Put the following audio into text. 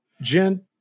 Jen